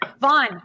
Vaughn